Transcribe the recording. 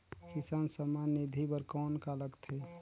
किसान सम्मान निधि बर कौन का लगथे?